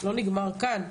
לא נגמר כאן.